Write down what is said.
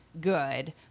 good